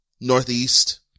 northeast